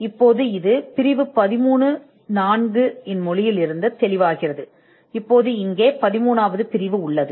இப்போது இது பிரிவு 13 இன் மொழியிலிருந்து தெளிவாகிறது இப்போது இங்கே 13 வது பிரிவு உள்ளது